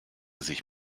sich